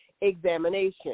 examination